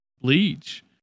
Bleach